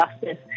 justice